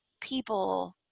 people